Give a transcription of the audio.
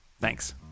Thanks